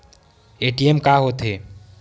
ATM का होथे?